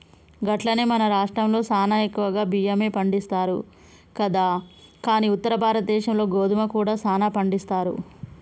గట్లనే మన రాష్ట్రంలో సానా ఎక్కువగా బియ్యమే పండిస్తారు కదా కానీ ఉత్తర భారతదేశంలో గోధుమ కూడా సానా పండిస్తారు